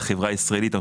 החברה הישראלית.